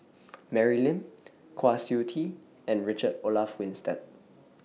Mary Lim Kwa Siew Tee and Richard Olaf Winstedt